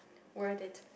worth it